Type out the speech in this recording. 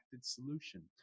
solution